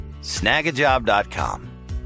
Snagajob.com